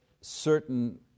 certain